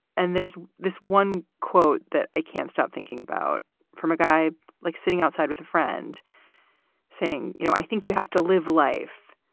and there's this one quote that i can't stop thinking about from a guy like sitting outside with a friend saying, you know, i think you have to live life.